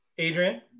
Adrian